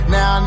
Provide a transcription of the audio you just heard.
Now